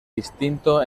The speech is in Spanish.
distinto